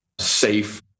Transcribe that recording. safe